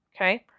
Okay